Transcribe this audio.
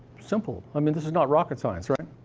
simple. i mean, this is not rocket science, right?